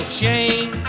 shame